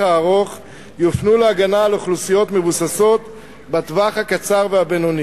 הארוך יופנו להגנה על אוכלוסיות מבוססות בטווח הקצר והבינוני.